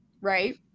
right